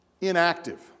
inactive